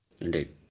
Indeed